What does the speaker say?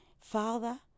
Father